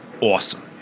Awesome